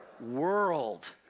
world